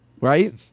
Right